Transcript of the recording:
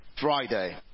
friday